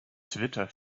twitter